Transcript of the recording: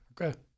Okay